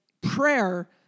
Prayer